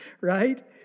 right